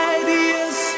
ideas